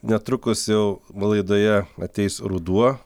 netrukus jau laidoje ateis ruduo